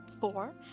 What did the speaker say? four